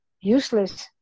useless